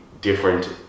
different